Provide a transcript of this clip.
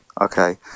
okay